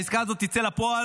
העסקה הזאת תצא לפועל